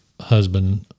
husband